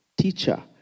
Teacher